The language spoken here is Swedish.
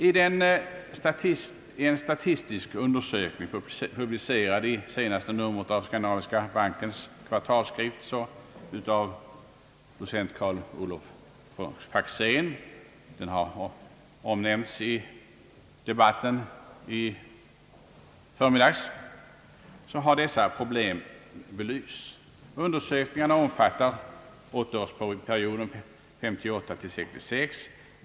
I en statistisk undersökning av docent Karl-Olof Faxén, publicerad i senaste numret av Skandinaviska bankens kvartalsskrift — den har omnämnts i debatten här i förmiddags — har dessa problem belysts. Undersökningarna omfattar åttaårsperioden 1958—1966.